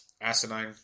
asinine